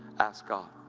ask god.